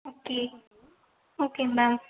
okay okay ma'am